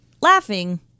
laughing